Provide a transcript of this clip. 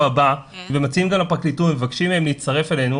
הבא ומציעים גם לפרקליטות ומבקשים מהם להצטרף אלינו,